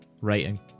Writing